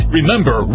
Remember